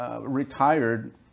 retired